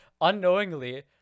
unknowingly